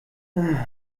die